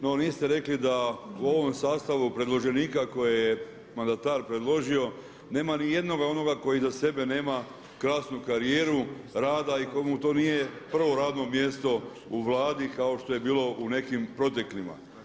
No niste rekli da u ovom sastavu predloženika koje je mandatar predložio nema nijednoga onoga koji iza sebe nema krasnu karijeru rada i komu to nije prvo radno mjesto u Vladi kao što je bilo u nekim proteklima.